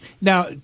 Now